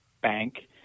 bank